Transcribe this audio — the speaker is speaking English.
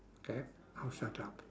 okay I'll shut up